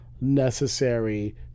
necessary